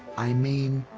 i mean,